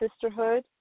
sisterhood